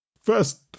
first